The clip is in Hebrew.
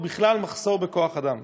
ובכלל מחסור בכוח-אדם.